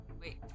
Wait